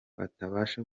atabasha